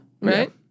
right